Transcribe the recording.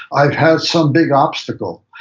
i've had some big obstacle,